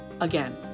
Again